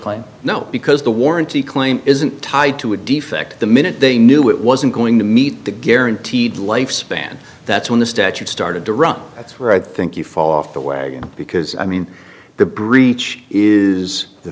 plane no because the warranty claim isn't tied to a defect the minute they knew it wasn't going to meet the guaranteed lifespan that's when the statute started to run that's where i think you fall off the wagon because i mean the breach is the